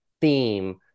theme